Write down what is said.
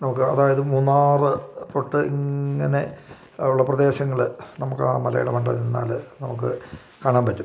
നമുക്ക് അതായത് മൂന്നാറ് തൊട്ട് ഇങ്ങനെ ഉള്ള പ്രദേശങ്ങൾ നമുക്ക് ആ മലയുടെ മണ്ടയിൽ നിന്നാൽ നമുക്ക് കാണാൻ പറ്റും